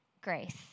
Grace